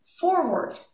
forward